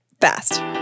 fast